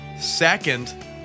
Second